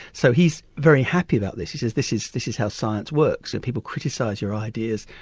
so he's very happy about this, he says this is this is how science works, and people criticise your ideas,